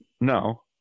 No